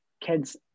kids